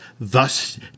thus